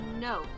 No